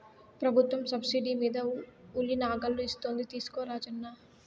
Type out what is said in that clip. ప్రభుత్వం సబ్సిడీ మీద ఉలి నాగళ్ళు ఇస్తోంది తీసుకో రాజన్న